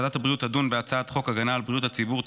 ועדת הבריאות תדון בהצעת חוק הגנה על בריאות הציבור (מזון)